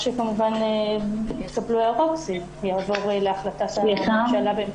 לאחר שיתקבלו ההערות, זה יעבור להחלטת הממשלה.